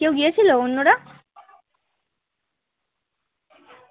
কেউ গিয়েছিলো অন্যরা